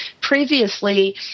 previously